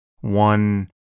One